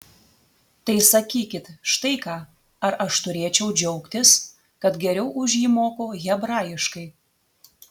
tai sakykit štai ką ar aš turėčiau džiaugtis kad geriau už jį moku hebrajiškai